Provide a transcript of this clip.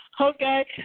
Okay